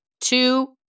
two